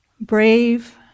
brave